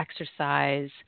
exercise